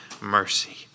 mercy